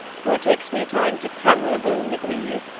for it takes me time to crammle aboon the grees,